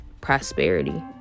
prosperity